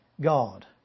God